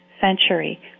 century